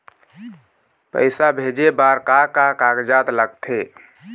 पैसा भेजे बार का का कागजात लगथे?